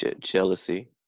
Jealousy